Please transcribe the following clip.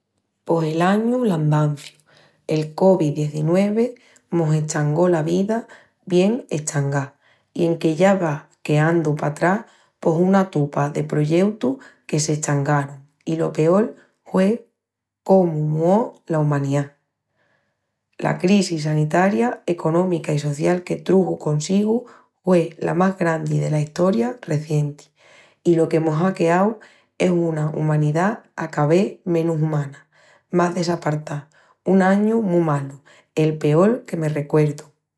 Pos el añu'l andanciu. El COVID-19 mos eschangó la vida bien eschangá i enque ya va queandu patrás, pos una tupa de proyeutus que s'eschangarun. I lo peol hue cómu muó la umaniá. La crisi sanitaria, económica i social que truxu consigu hué la más grandi dela estoria recienti. I lo que mos á queau es una umanidá a ca ves menus umana, más desapartá. Un añu mu malu, el peol que me recuerdu.